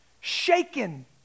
shaken